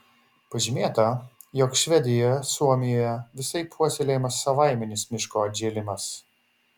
pažymėta jog švedijoje suomijoje visaip puoselėjamas savaiminis miško atžėlimas